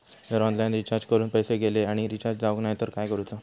जर online recharge करून पैसे गेले आणि रिचार्ज जावक नाय तर काय करूचा?